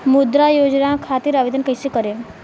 मुद्रा योजना खातिर आवेदन कईसे करेम?